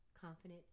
confident